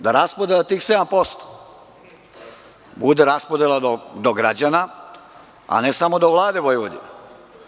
Da raspodela tih 7% bude raspodela do građana a ne samo do Vlade Vojvodine.